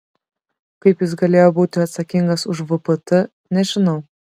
kaip jis galėjo būti atsakingas už vpt nežinau